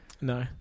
No